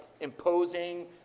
imposing